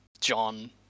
John